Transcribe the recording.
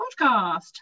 podcast